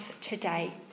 today